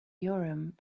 urim